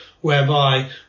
whereby